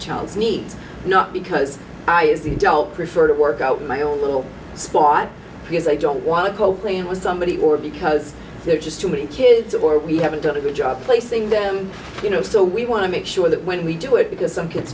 child's needs not because i is the adult prefer to work out my own little spot because i don't want to go playing with somebody or because they're just too many kids or we haven't done a good job placing them you know so we want to make sure that when we do it because some kids